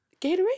Gatorade